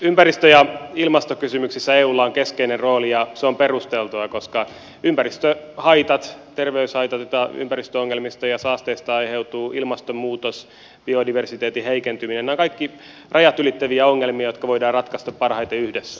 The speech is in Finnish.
ympäristö ja ilmastokysymyksissä eulla on keskeinen rooli ja se on perusteltua koska ympäristöhaitat terveyshaitat joita ympäristöongelmista ja saasteista aiheutuu ilmastonmuutos ja biodiversiteetin heikentyminen ovat kaikki rajat ylittäviä ongelmia jotka voidaan ratkaista parhaiten yhdessä